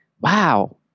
wow